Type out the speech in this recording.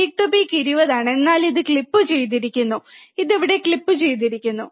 peak to peak 20 ആണ് എന്നാൽ ഇത് ക്ലിപ്പ് ചെയ്തിരിക്കുന്നു ഇത് ഇവിടെ ക്ലിപ്പ് ചെയ്തിരിക്കുന്നു